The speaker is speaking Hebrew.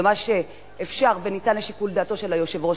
ומה שאפשר וניתן לשיקול דעתו של היושב-ראש